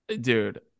Dude